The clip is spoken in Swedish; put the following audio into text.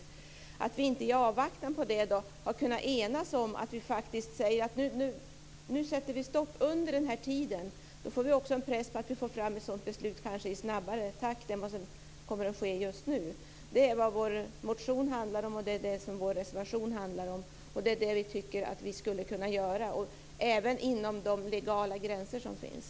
Det är olyckligt att vi inte, i avvaktan på det, har kunnat enas om att säga att vi ska sätta stopp under den här tiden. Då skulle vi också få en press på att få fram ett sådant beslut i snabbare takt än vad som kommer att ske nu. Det är vad vår motion handlar om, och det är det som vår reservation handlar om. Vi tycker att vi skulle kunna göra detta även inom de legala gränser som finns.